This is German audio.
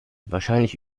wahrscheinlich